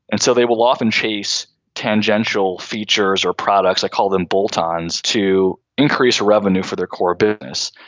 and so they will often chase tangential features or products, i call them bolten's to increase revenue for their core business.